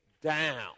down